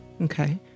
okay